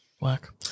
Work